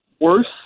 worse